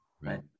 Right